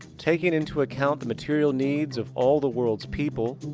taking into account the material needs of all the world's people.